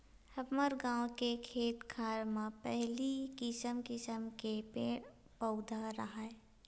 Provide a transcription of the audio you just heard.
हमर गाँव के खेत खार म पहिली किसम किसम के पेड़ पउधा राहय